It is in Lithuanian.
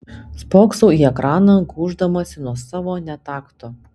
spoksau į ekraną gūždamasi nuo savo netakto